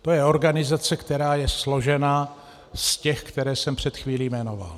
To je organizace, která je složena z těch, které jsem před chvílí jmenoval.